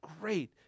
great